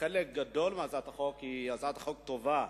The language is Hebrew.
חלק גדול מהצעת החוק, זו הצעת חוק טובה.